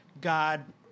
God